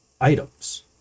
items